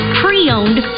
pre-owned